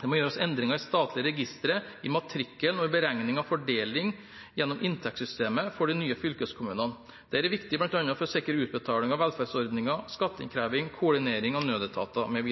Det må gjøres endringer i statlige registre, i matrikkelen og i beregningen av fordeling gjennom inntektssystemet for de nye fylkeskommunene. Dette er viktig bl.a. for å sikre utbetaling av velferdsordninger, skatteinnkreving, koordinering av nødetater mv.